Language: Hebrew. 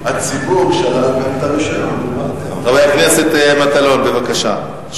חבר הכנסת מטלון, בבקשה.